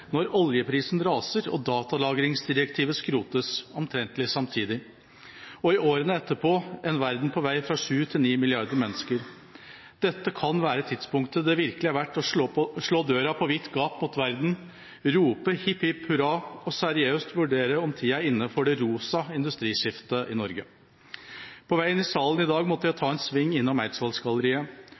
når oljeprisen raser og datalagringsdirektivet skrotes omtrent samtidig – og i årene etterpå er verden på vei fra sju til ni milliarder mennesker. Dette kan være tidspunktet da det virkelig er verdt å slå døra på vidt gap mot verden, rope hipp, hipp hurra og seriøst vurdere om tida er inne for det rosa industriskiftet i Norge. På vei inn i salen i dag måtte jeg ta en sving innom